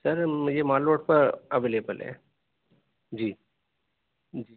سر مجھے mall road پر available ہے جی جی